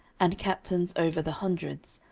and captains over the hundreds,